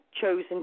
chosen